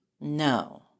No